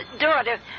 daughter